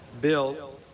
Bill